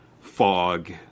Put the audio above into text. fog